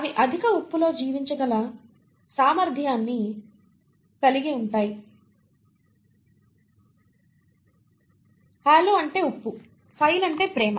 అవి అధిక ఉప్పులో జీవించగల సామర్థ్యాన్ని కలిగి ఉంటాయి హాలో అంటే ఉప్పు ఫైల్ అంటే ప్రేమ